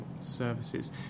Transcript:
services